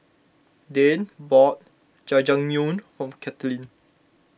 Dayne bought Jajangmyeon for Katlyn